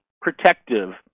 protective